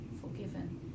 forgiven